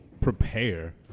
prepare